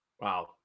wow